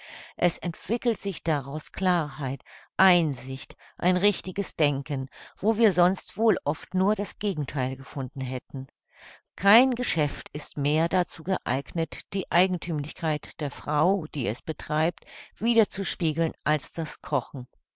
es entwickelt sich daraus klarheit einsicht ein richtiges denken wo wir sonst wohl oft nur das gegentheil gefunden hätten kein geschäft ist mehr dazu geeignet die eigenthümlichkeit der frau die es betreibt widerzuspiegeln als das kochen